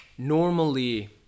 Normally